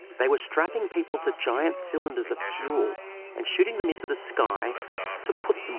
they were strapping people to giant cylinders of fuel and shooting them into the sky to put them